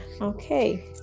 Okay